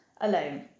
alone